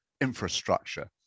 infrastructure